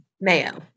Mayo